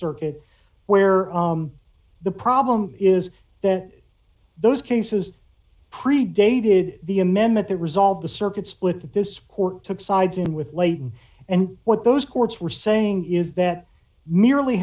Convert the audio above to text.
circuit where the problem is that those cases predated the amendment that resolve the circuit split that this court took sides in with late and what those courts were saying is that merely